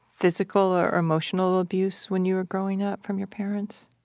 physical or or emotional abuse when you were growing up from your parents?